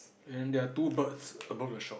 then there are two birds above the shop